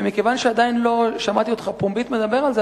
ומכיוון שעדיין לא שמעתי אותך פומבית מדבר על זה,